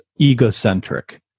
egocentric